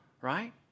right